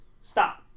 stop